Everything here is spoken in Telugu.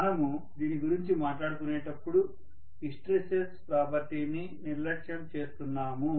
మనము దీని గురించి మాట్లాడుకునేటప్పుడు హిస్టెరిసిస్ ప్రాపర్టీని నిర్లక్ష్యం చేస్తున్నాము